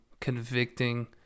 convicting